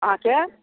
अहाँके